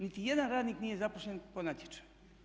Nitijedan radnik nije zaposlen po natječaju.